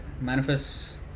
manifests